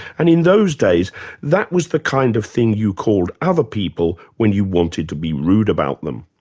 and in those days that was the kind of thing you called other people when you wanted to be rude about them.